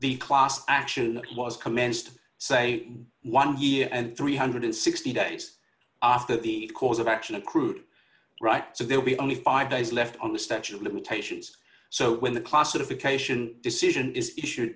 the class action was commenced say one year and three hundred and sixty days after the course of action accrued right so they would be only five days left on the statue of limitations so when the classification decision is